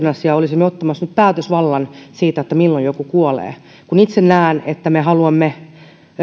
kannatamme eutanasiaa olisimme ottamassa nyt päätösvallan siinä milloin joku kuolee kun itse näen että me haluamme